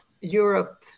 Europe